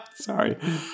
Sorry